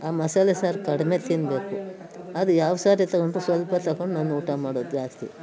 ಆ ಮಸಾಲೆ ಸಾರು ಕಡಿಮೆ ತಿನ್ನಬೇಕು ಅದು ಯಾವ ಸಾರೆ ತಗೊಂಡ್ರು ಸ್ವಲ್ಪ ತಗೊಂಡು ನಾನು ಊಟ ಮಾಡೋದು ಜಾಸ್ತಿ